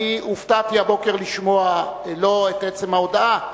אני הופתעתי היום לשמוע לא את עצם ההודעה,